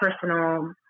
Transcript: personal